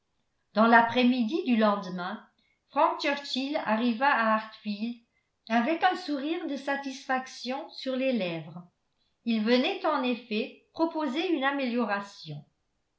dans l'après-midi du lendemain frank churchill arriva à hartfield avec un sourire de satisfaction sur les lèvres il venait en effet proposer une amélioration